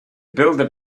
builder